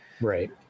Right